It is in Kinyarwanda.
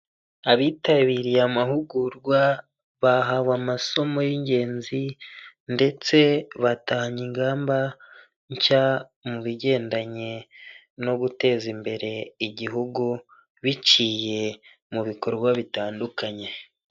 Abitabiriye amahugurwa, bahawe amasomo y'ingenzi ndetse batanga ingamba nshya mu bigendanye no guteza imbere igihugu, biciye mu bikorwa bitandukanye.